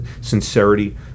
sincerity